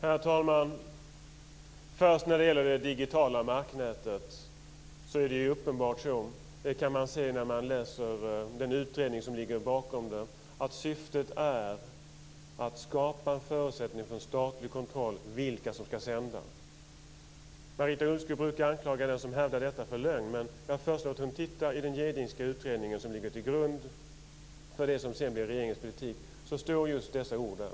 Herr talman! När man läser den utredning som ligger bakom det digitala marknätet kan man se att syftet är att skapa en förutsättning för en statlig kontroll av vilka som skall sända. Marita Ulvskog brukar anklaga den som hävdar detta för lögn. Men jag föreslår att hon tittar i den Jedingska utredningen som ligger till grund för det som sedan blivit regeringens politik. Där står just dessa ord.